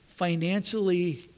financially